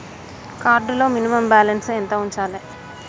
Card లో minimum balance ఎంత ఉంచాలే?